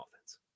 offense